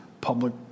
public